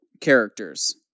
characters